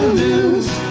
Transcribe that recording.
lose